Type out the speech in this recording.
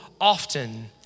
often